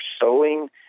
sowing